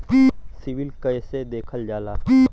CIBIL कैसे देखल जाला?